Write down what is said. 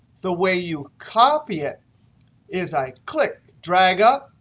the way you copy it is i click, drag up,